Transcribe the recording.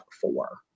four